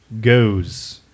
goes